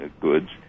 goods